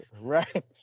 Right